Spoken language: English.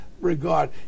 regard